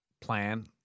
plan